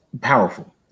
Powerful